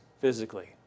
physically